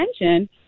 attention